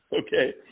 Okay